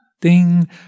ding